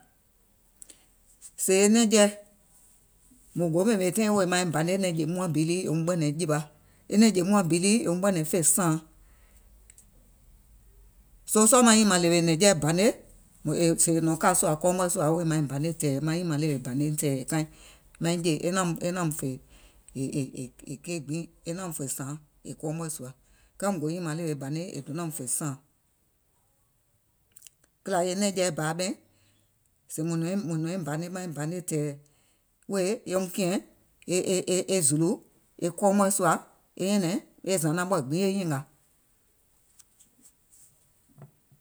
Sèè e nɛ̀ŋjeɛ̀ mùŋ go ɓèmè taìŋ wèè maiŋ banè, e nɛ̀ŋjè muàŋ bi lii èum ɓɛ̀nɛ̀ŋ jìwa, e nɛ̀ŋjè muàŋ bi lii èum ɓɛ̀nɛ̀ŋ fè sàaŋ. Soo sɔɔ̀ maŋ nyìmàŋ ɗèwè nɛ̀ŋjeɛ̀ bàne sèè è nɔ̀ŋ kà sùà kɔɔ mɔ̀ɛ̀ sùà wèè maiŋ banè tɛ̀ɛ̀ wèè maŋ nyìmàŋ ɗèwè bàneiŋ tɛ̀ɛ̀ kaiŋ, maiŋ jè e naum e maum fè è è è keì gbiŋ, e naum fè sàaŋ è kɔɔ mɔ̀ɛ̀ sùà, kɛɛùm go nyìmàŋ ɗèwè bàneiŋ è donàùm fè sàaŋ. Kìlà e nɛ̀ŋjeɛ̀ bàa ɓɛìŋ, sèè mùŋ mùŋ nɔ̀iŋ baane maiŋ banè tɛ̀ɛ̀ wèè yeum kìɛ̀ŋ e e e e zùlù e kɔɔ mɔ̀ɛ̀ sùà, e nyɛ̀nɛ̀ŋ e zanaŋ mɔ̀ɛ̀ gbiŋ e nyìngà.